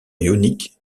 ionique